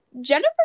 Jennifer